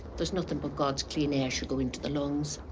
there's nothing but god's clean air should go into the lungs.